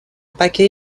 paquets